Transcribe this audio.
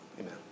Amen